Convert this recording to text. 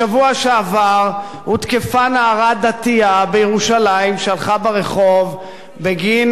שבוע שעבר הותקפה נערה דתייה בירושלים שהלכה ברחוב בגין